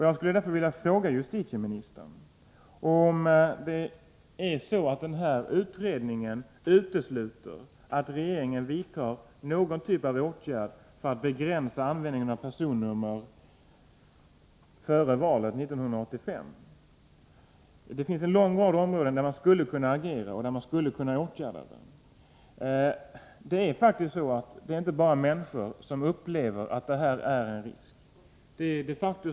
Jag skulle därför vilja fråga justitieministern, om den ifrågavarande utredningen utesluter att regeringen vidtar någon typ av åtgärd för att begränsa användningen av personnummer före valet 1985. Det finns en lång rad områden där man skulle kunna agera och vidta åtgärder. Det är faktiskt inte så att människor bara upplever att det här är en risk.